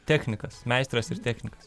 technikas meistras ir technikas